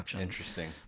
Interesting